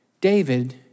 David